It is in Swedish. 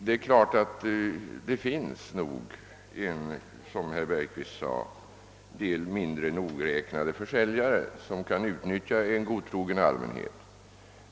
Det finns självfallet, såsom herr Bergqvist sade, en del mindre nogräknade försäljare som kan utnyttja en godtrogen allmänhet.